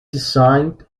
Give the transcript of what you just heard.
designed